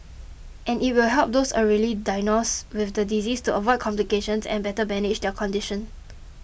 and it will help those diagnosed with the disease to avoid complications and better manage their condition